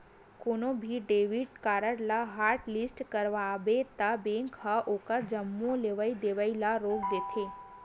कोनो भी debit card ल हॉटलिस्ट करवाबे त बेंक ह ओखर जम्मो लेवइ देवइ ल रोक देथे